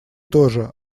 тоже